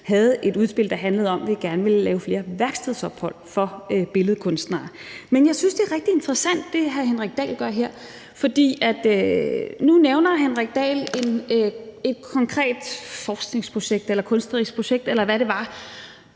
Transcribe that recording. havde et udspil, der handlede om, at vi gerne ville lave flere værkstedsophold for billedkunstnere. Men jeg synes, at det, hr. Henrik Dahl gør her, er rigtig interessant, for nu nævner hr. Henrik Dahl et konkret forskningsprojekt eller kunstnerisk projekt, eller hvad det var,